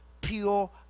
pure